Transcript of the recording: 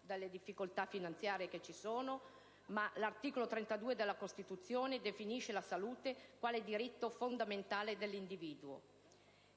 delle difficoltà finanziarie, ma l'articolo 32 della Costituzione definisce la salute quale diritto fondamentale dell'individuo.